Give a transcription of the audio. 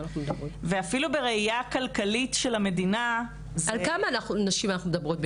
ואפילו בראייה כלכלית של המדינה --- על כמה נשים בשנה אנחנו מדברות?